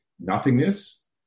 nothingness